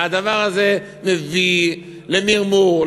והדבר הזה מביא למרמור,